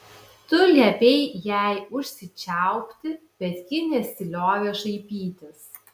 tu liepei jai užsičiaupti bet ji nesiliovė šaipytis